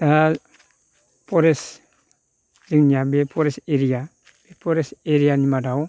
दा फरेस्ट जोंनिया बे फरेस्ट एरिया बे फरेस्ट एरियानि मादाव